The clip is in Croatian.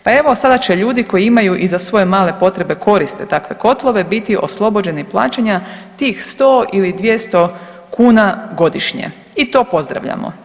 Pa evo sada će ljudi koji imaju i za svoje male potrebe i koriste takve kotlove biti oslobođeni plaćanja tih 100 ili 200 kuna godišnje i to pozdravljamo.